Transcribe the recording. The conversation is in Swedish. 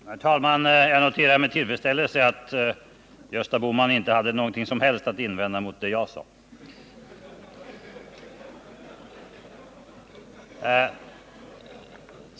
Herr talman! Jag noterar med tillfredsställelse att Gösta Bohman inte hade något som helst att invända mot det som jag sade.